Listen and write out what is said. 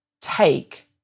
take